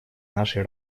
нашей